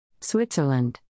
Switzerland